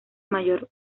mayor